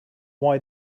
why